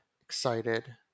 excited